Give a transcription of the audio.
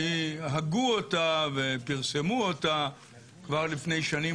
הגו אותה ופרסמו אותה כבר לפני שנים